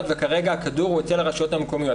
וכרגע הכדור הוא אצל הרשויות המקומיות.